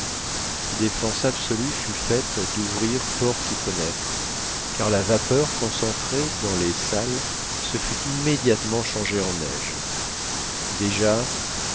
défense absolue fut faite d'ouvrir porte ou fenêtre car la vapeur concentrée dans les salles se fût immédiatement changée en neige déjà